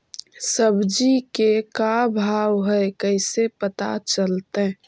सब्जी के का भाव है कैसे पता चलतै?